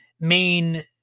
main